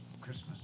Christmas